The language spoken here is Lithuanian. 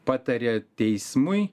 patarė teismui